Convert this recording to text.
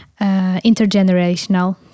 intergenerational